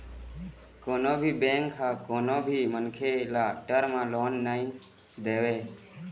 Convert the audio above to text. कोनो भी बेंक ह कोनो भी मनखे ल टर्म लोन नइ देवय